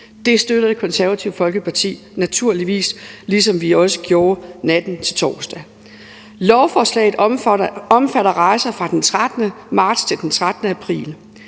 Det støtter Det Konservative Folkeparti naturligvis, ligesom vi også gjorde natten til torsdag. Lovforslaget omfatter rejser fra den 13. marts til den 13. april.